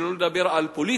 שלא לדבר על פוליטית,